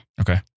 Okay